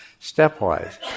stepwise